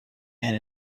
and